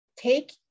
take